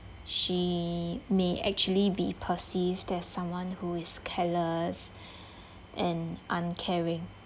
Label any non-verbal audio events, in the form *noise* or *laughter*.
she may actually be perceived as someone who is careless *breath* and uncaring